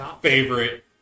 favorite